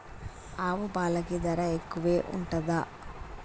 ఆవు పాలకి ధర ఎక్కువే ఉంటదా?